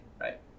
right